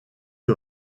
que